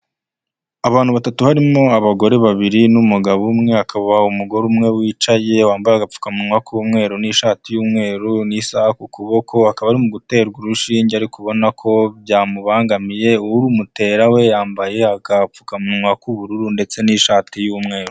Abantu batatu barimo abagore babiri n'umugabo umwe, hakaba umugore umwe wicaye wambaye agapfukamunwa k'umweru n'ishati y'umweru n'isahabokoba ari guterwa urushinge ariko ubona ko byamubangamiye, urumutera we yambaye agapfukamunwa k'ubururu ndetse n'ishati y'umweru.